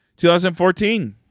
2014